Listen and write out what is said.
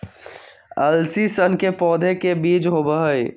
अलसी सन के पौधे के बीज होबा हई